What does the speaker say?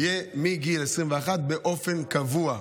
יהיה מגיל 21 באופן קבוע.